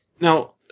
Now